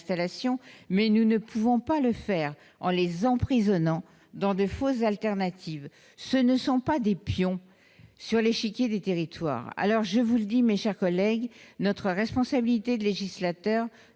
mais nous ne pouvons pas le faire en les emprisonnant dans de fausses alternatives : ce ne sont pas des pions sur l'échiquier des territoires. Je vous le dis, mes chers collègues : notre responsabilité de législateur